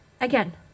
Again